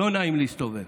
לא נעים להסתובב,